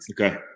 Okay